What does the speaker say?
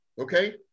okay